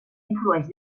influeix